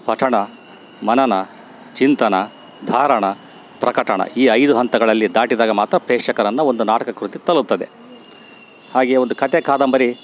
ಪಠಣ ಮನನ ಚಿಂತನ ಧಾರಣ ಪ್ರಕಟಣ ಈ ಐದು ಹಂತಗಳಲ್ಲಿ ದಾಟಿದಾಗ ಮಾತ್ರ ಪ್ರೇಕ್ಷಕರನ್ನು ಒಂದು ನಾಟಕ ಕೃತಿ ತಲುಪ್ತದೆ ಹಾಗೇ ಒಂದು ಕತೆ ಕಾದಂಬರಿ